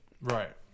right